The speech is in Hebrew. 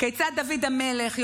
כיצד דוד המלך,